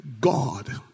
God